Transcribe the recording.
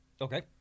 Okay